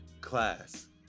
class